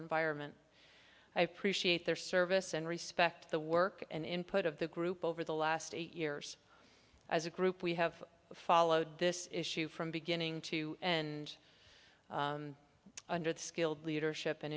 environment i appreciate their service and respect the work and input of the group over the last eight years as a group we have followed this issue from beginning to end under the skilled leadership and